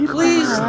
Please